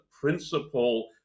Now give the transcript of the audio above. principle